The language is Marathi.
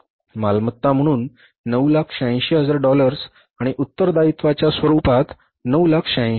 मालमत्ता म्हणून 986000 डॉलर्स आणि उत्तरदायित्वाच्या रूपात 986000